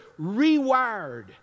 rewired